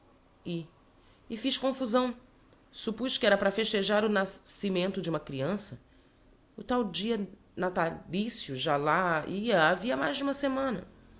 e fiz confusão suppús que era para festejar o nas cimento de uma creança o tal dia nata licio já lá ia havia mais de uma semana